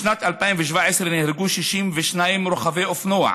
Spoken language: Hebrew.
בשנת 2017 נהרגו 62 רוכבי אופנוע,